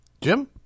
Jim